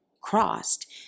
crossed